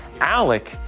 Alec